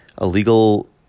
illegal